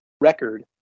record